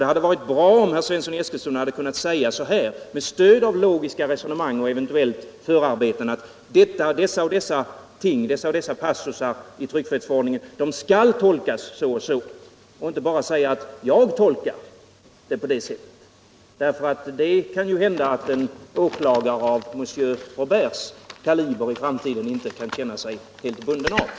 Det hade varit bra om herr Svensson i Eskilstuna hade kunnat säga med stöd av logiska resonemang och eventuellt förarbeten att ”dessa passusar i tryckfrihetsförordningen skall tolkas så och så” och inte bara säga att ”jag tolkar det på det och det sättet”. Det kan ju hända att en åklagare av monsieur Robérts kaliber i framtiden inte känner sig bunden av den tolkningen.